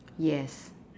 yes